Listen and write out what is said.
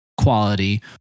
quality